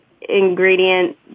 ingredient